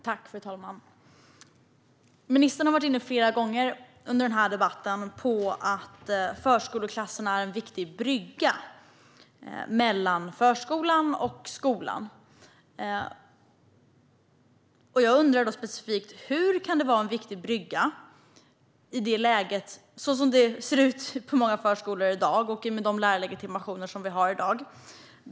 Fru talman! Ministern har flera gånger under denna debatt varit inne på att förskoleklassen är en viktig brygga mellan förskolan och skolan. Jag undrar då specifikt: Hur kan det vara en viktig brygga när det ser ut som det gör på många förskolor i dag och med de lärarlegitimationer vi har i dag?